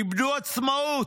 איבדו עצמאות,